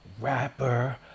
rapper